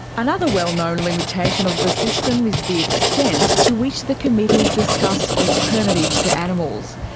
another well known limitation of the system is the extent to which the committees discuss alternatives to animals.